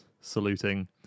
saluting